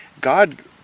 God